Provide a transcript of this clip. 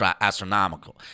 astronomical